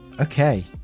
okay